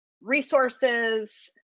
resources